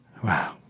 Wow